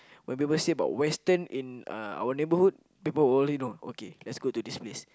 my neighbour say about Western in our neighbourhood you know so let's go to this place